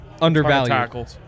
undervalued